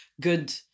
good